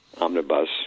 omnibus